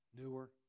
newer